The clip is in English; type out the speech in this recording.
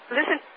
Listen